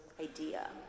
idea